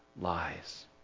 lies